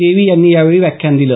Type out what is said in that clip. देवी यांनी यावेळी व्याख्यान दिलं